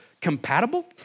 compatible